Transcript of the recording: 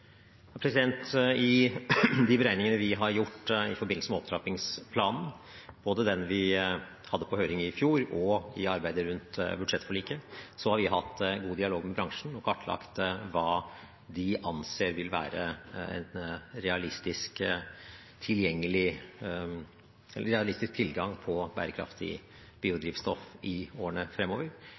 I de beregningene vi har gjort i forbindelse med opptrappingsplanen, både den vi hadde på høring i fjor, og i arbeidet med budsjettforliket, har vi hatt god dialog med bransjen og kartlagt hva de anser vil være en realistisk tilgang på bærekraftig biodrivstoff i årene fremover.